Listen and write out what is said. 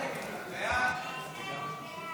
כהצעת הוועדה,